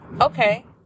Okay